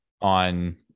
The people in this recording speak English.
on